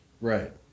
Right